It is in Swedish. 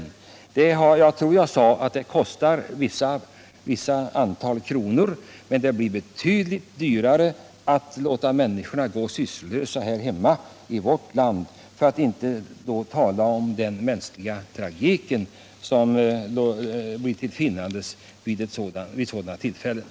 Jag tror att jag sade i mitt tidigare anförande att det kostar ett visst antal kronor, men det blir betydligt dyrare att låta människorna gå sysslolösa här hemma i vårt land — för att inte tala om den mänskliga tragik som följer i spåren.